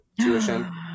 tuition